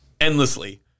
endlessly